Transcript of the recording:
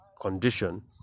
condition